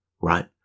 right